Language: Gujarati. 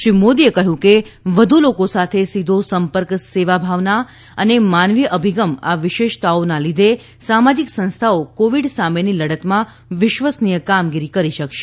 શ્રી મોદીએ કહ્યું કે વધુ લોકો સાથે સીધો સંપર્ક સેવા ભાવના અને માનવીય અભિગમ આ વિશેષતાઓના લીધે સામાજીક સંસ્થાઓ કોવીડ સામેની લડતમાં વિશ્વસનીય કામગીરી કરી શકશે